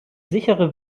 sichere